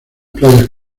playas